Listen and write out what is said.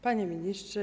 Panie Ministrze!